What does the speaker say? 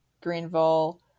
Greenville